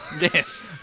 Yes